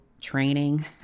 training